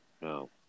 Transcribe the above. no